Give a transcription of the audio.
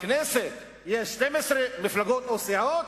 בכנסת יש 12 מפלגות או סיעות.